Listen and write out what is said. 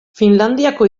finlandiako